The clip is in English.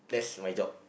that's my job